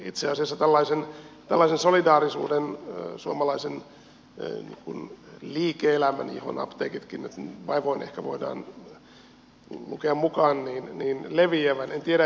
itse asiassa toivoisi tällaisen solidaarisuuden suomalaisessa liike elämässä johon apteekitkin nyt vaivoin ehkä voidaan lukea mukaan leviävän